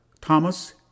Thomas